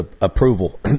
approval